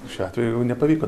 šiuo atveju jau nepavyko